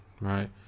Right